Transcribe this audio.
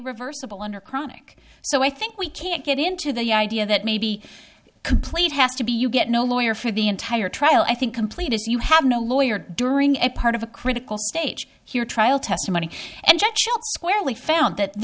reversible under chronic so i think we can't get into the idea that maybe complete has to be you get no lawyer for the entire trial i think complete as you have no lawyer during a part of a critical stage here trial testimony and judge where we found that